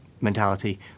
mentality